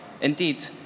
indeed